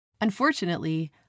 Unfortunately